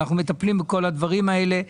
אנחנו מטפלים בכל הדברים האלה.